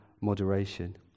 moderation